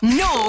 no